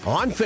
on